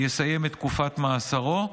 יסיים את תקופת מאסרו.